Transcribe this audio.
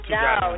no